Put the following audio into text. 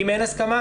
אם אין הסכמה,